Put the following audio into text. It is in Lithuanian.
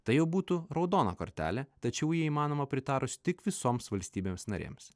tai jau būtų raudona kortelė tačiau jei įmanoma pritarus tik visoms valstybėms narėms